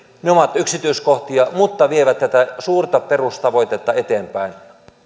ovat yksityiskohtia mutta vievät tätä suurta perustavoitetta eteenpäin